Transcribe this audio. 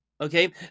Okay